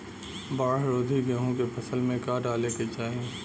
बाढ़ रोधी गेहूँ के फसल में का डाले के चाही?